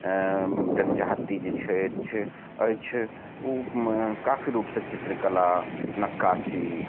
जनजाति जे छै अछि ओ काफी रूप सऽ चित्रकला नक्कासी